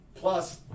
plus